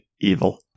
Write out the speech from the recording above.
evil